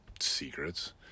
secrets